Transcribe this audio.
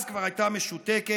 אז כבר הייתה משותקת,